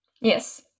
Yes